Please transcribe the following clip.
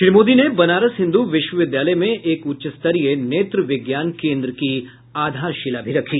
श्री मोदी ने बनारस हिन्दू विश्वविद्यालय में एक उच्चस्तरीय नेत्र विज्ञान केन्द्र की आधारशिला भी रखी